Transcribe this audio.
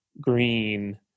Green